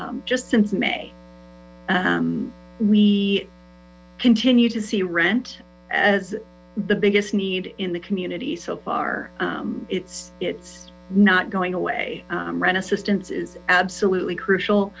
just since may we continued to see rent as the biggest need in the community so far it's it's not going away rent assistance is absolutely crucial